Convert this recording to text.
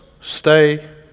Stay